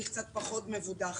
אני קצת פחות מבודחת,